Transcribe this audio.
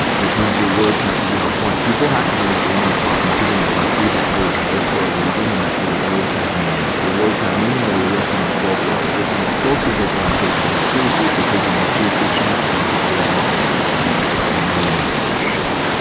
which means your words have to be on point people have to know that when you're talking to them directly that you're there for a reason and that your words have meaning if your words have meaning, they will listen more closely. if they listen more closely, they're going to take you more seriously. if they take you more seriously, chances are that they want to work with you because they know you're not full of shit.